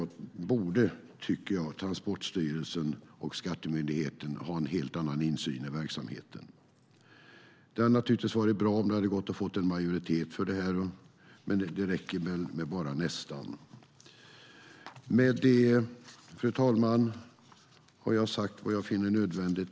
Här borde, tycker jag, Transportstyrelsen och Skatteverket ha en helt annan insyn i verksamheten. Det hade naturligtvis varit bra om det hade gått att få en majoritet för det här, men det räcker väl med att bara nästan få det. Med det, fru talman, har jag sagt vad jag finner nödvändigt.